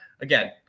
again